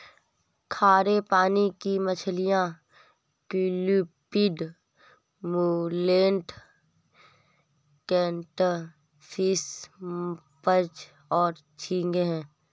खारे पानी की मछलियाँ क्लूपीड, मुलेट, कैटफ़िश, पर्च और झींगे हैं